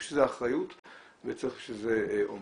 צריך בשביל זה אחריות וצריך בשביל זה אומץ.